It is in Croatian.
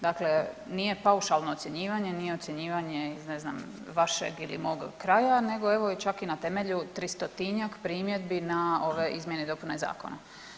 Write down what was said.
Dakle, nije paušalno ocjenjivanje, nije ocjenjivanje iz ne znam vašeg ili mog kraja nego evo čak i na temelju tristotinjak primjedbi na ove izmjene i dopune zakona.